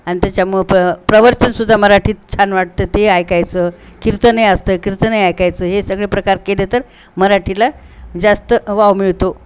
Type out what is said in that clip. अन् त्याच्यामुळे प प्रवचनसुद्धा मराठीत छान वाटतं ते ऐकायचं कीर्तन असतं कीर्तन ऐकायचं हे सगळे प्रकार केले तर मराठीला जास्त वाव मिळतो